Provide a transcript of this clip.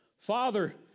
Father